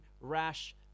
rash